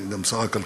אני גם שר הכלכלה.